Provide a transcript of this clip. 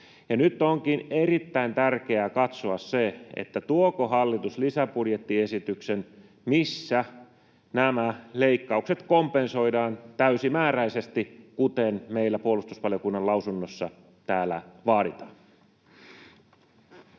Nyt onkin erittäin tärkeää katsoa, tuoko hallitus lisäbudjettiesityksen, missä nämä leikkaukset kompensoidaan täysimääräisesti, kuten meillä puolustusvaliokunnan lausunnossa täällä vaaditaan.